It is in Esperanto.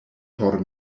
por